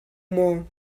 maw